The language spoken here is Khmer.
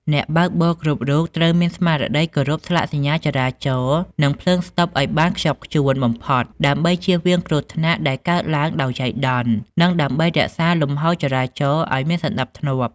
អ្នកបើកបរគ្រប់រូបត្រូវមានស្មារតីគោរពស្លាកសញ្ញាចរាចរណ៍និងភ្លើងស្តុបឱ្យបានខ្ជាប់ខ្ជួនបំផុត ដើម្បីជៀសវាងគ្រោះថ្នាក់ដែលកើតឡើងដោយចៃដន្យនិងដើម្បីរក្សាលំហូរចរាចរណ៍ឱ្យមានសណ្តាប់ធ្នាប់។